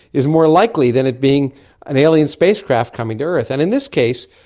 is more likely than it being an alien spacecraft coming to earth. and in this case,